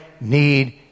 need